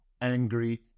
angry